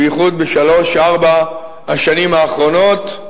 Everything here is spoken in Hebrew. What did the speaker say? בייחוד בשלוש-ארבע השנים האחרונות?